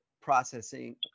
processing